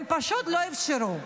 הם פשוט לא אפשרו.